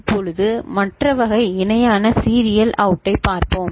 இப்போது மற்ற வகை இணையான சீரியல் அவுட் ஐ பார்ப்போம்